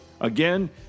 Again